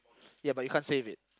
yeah but you can't save it